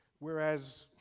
whereas.